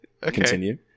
Continue